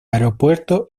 aeropuerto